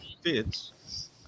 fits